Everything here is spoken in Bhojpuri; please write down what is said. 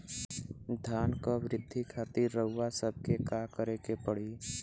धान क वृद्धि खातिर रउआ सबके का करे के पड़ी?